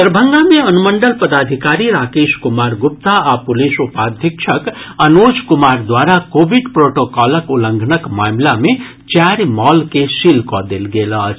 दरभंगा मे अनुमंडल पदाधिकारी राकेश कुमार गुप्ता आ पुलिस उपाधीक्षक अनोज कुमार द्वारा कोविड प्रोटोकॉलक उल्लंघनक मामिला मे चारि मॉल के सील कऽ देल गेल अछि